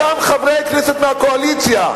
אותם חברי כנסת מהקואליציה,